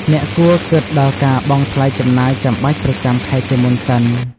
អ្នកគួរគិតដល់ការបង់ថ្លៃចំណាយចាំបាច់ប្រចាំខែជាមុនសិន។